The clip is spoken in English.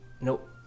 Nope